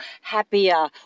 happier